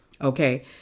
Okay